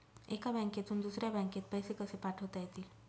एका बँकेतून दुसऱ्या बँकेत पैसे कसे पाठवता येतील?